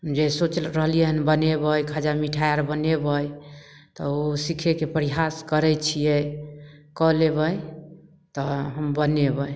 जे सोच रहलियै हन बनेबय खाजा मिठाइ आर बनेबय तऽ ओ सीखयके परिहास करय छियै कऽ लेबय तऽ हम बनेबय